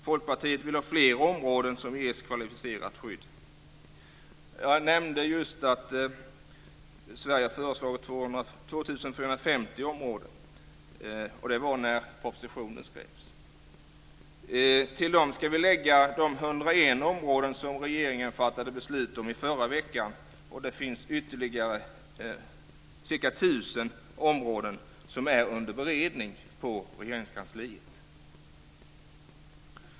Folkpartiet vill ha fler områden som ges kvalificerat skydd. Jag nämnde just att Sverige har föreslagit 2 450 områden. Det var när propositionen skrevs. Till dem ska vi lägga de 101 områden som regeringen fattade beslut om i förra veckan, och det finns ytterligare ca 1 000 områden som är under beredning i Regeringskansliet.